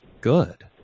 good